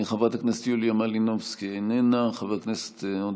חברת הכנסת יוליה מלינובסקי, איננה.